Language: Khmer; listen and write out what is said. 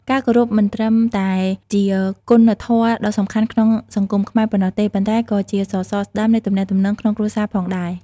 ការគោរពមិនត្រឹមតែជាគុណធម៌ដ៏សំខាន់ក្នុងសង្គមខ្មែរប៉ុណ្ណោះទេ ប៉ុន្តែក៏ជាសសរស្តម្ភនៃទំនាក់ទំនងក្នុងគ្រួសារផងដែរ។